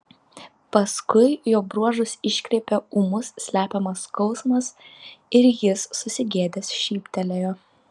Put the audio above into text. paskui jo bruožus iškreipė ūmus slepiamas skausmas ir jis susigėdęs šyptelėjo